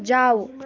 जाऊ